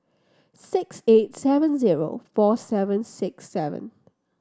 six eight seven zero four seven six seven